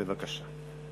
בבקשה.